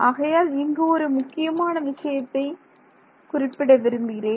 ஆகையால் இங்கு ஒரு முக்கியமான விஷயத்தை குறிப்பிட விரும்புகிறேன்